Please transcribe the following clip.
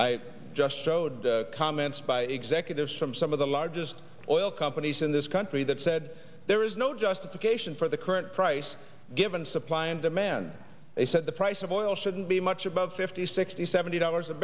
i just showed the comments by executives from some of the largest oil companies in this country that said there is no justification for the current price given supply and demand they said the price of oil shouldn't be much above fifty sixty seventy dollars a